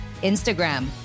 Instagram